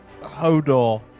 Hodor